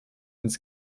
ins